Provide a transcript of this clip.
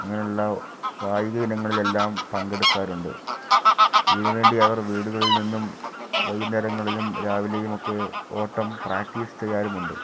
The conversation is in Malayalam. അങ്ങനെയുള്ള കായിക ഇനങ്ങളിൽ എല്ലാം പങ്കെടുക്കാറുണ്ട് ഇതിനു വേണ്ടി അവർ വീടുകളിൽ നിന്നും വൈകുന്നേരങ്ങളിലും രാവിലെയും ഒക്കെ ഓട്ടം പ്രാക്ടീസ് ചെയ്യാറുമുണ്ട്